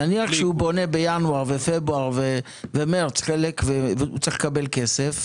נניח שהוא בונה בינואר ופברואר ומרץ חלק והוא צריך לקבל כסף,